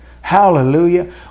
Hallelujah